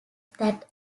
that